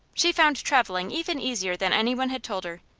she found travelling even easier than any one had told her.